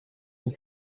des